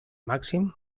màxim